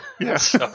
Yes